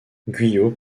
guyot